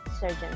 surgeon